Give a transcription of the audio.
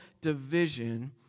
division